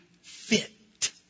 fit